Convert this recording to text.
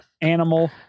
animal